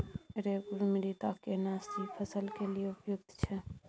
रेगुर मृदा केना सी फसल के लिये उपयुक्त छै?